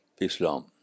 Islam